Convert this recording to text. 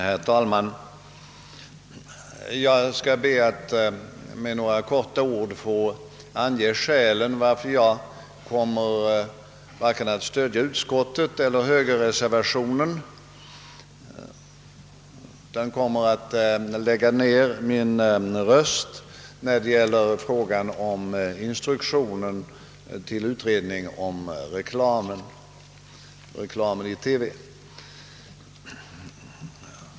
Herr talman! Jag skall be att med några ord få ange skälen till att jag inte kommer att stödja vare sig utskottets förslag eller högerreservationen utan kommer att lägga ned min röst i frågan om instruktionen till en utredning om reklamen i TV.